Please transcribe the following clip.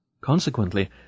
Consequently